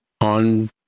on